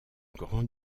grand